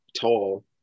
tall